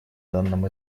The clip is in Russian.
данном